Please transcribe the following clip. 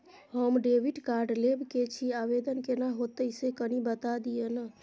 हम debit card लेब के छि, आवेदन केना होतै से कनी बता दिय न?